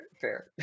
fair